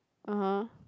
(uh huh)